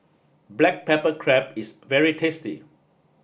black pepper crab is very tasty